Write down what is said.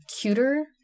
cuter